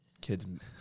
kids